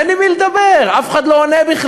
אין עם מי לדבר, אף אחד לא עונה בכלל.